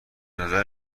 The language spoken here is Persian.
نظر